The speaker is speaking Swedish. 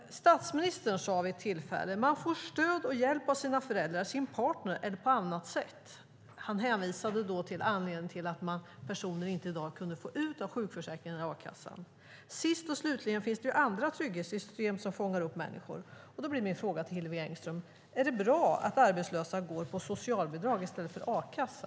Statsministern sade vid ett tillfälle: Man får stöd och hjälp av sina föräldrar, sin partner eller på annat sätt. Han pratade då om anledningen till att personer i dag inte kunde få ut något från sjukförsäkringen eller a-kassan. Sist och slutligen finns det andra trygghetssystem som fångar upp människor. Då blir min fråga till Hillevi Engström: Är det bra att arbetslösa får socialbidrag i stället för a-kassa?